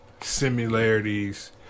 similarities